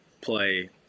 play